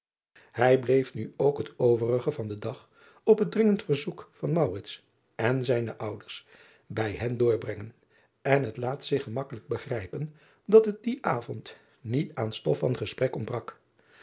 ij bleef nu ook het overige van den dag op het dringend verzoek van en zijne ouders bij hen doorbrengen en het laat zich gemakkelijk begrijpen dat het dien avond niet aan stof van gesprek ontbrak